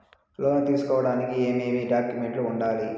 లోను తీసుకోడానికి ఏమేమి డాక్యుమెంట్లు ఉండాలి